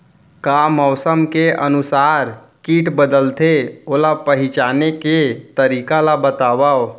का मौसम के अनुसार किट बदलथे, ओला पहिचाने के तरीका ला बतावव?